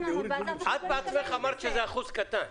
לעמוד בה --- את בעצמך אמרת שזה אחוז קטן.